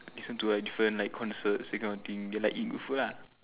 listen to like different like concerts that kind of thing then like eat good food lah